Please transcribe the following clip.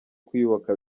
kwiyubaka